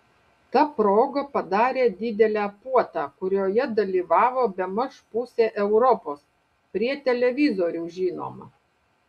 ta proga padarė didelę puotą kurioje dalyvavo bemaž pusė europos prie televizorių žinoma